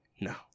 No